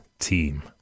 Team